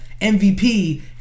MVP